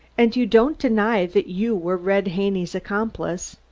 and you don't deny that you were red haney's accomplice?